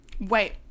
Wait